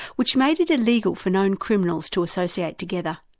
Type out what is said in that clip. which made it illegal for known criminals to associate together.